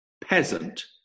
peasant